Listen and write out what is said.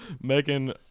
Megan